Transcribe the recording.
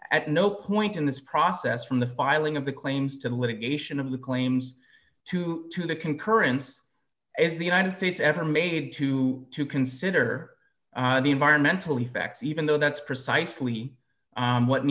at no point in this process from the buy a ling of the claims to litigation of the claims to to the concurrence if the united states ever made to to consider the environmental effects even though that's precisely what